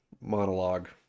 monologue